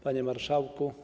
Panie Marszałku!